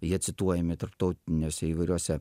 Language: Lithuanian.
jie cituojami tarptautiniuose įvairiose